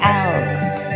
out